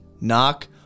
knock